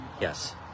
Yes